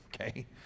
okay